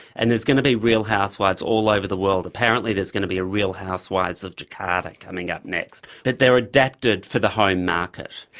and there's going to be real housewives all over the world. apparently there's going to be a real housewives of jakarta coming up next. but they are adapted for the home market.